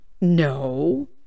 no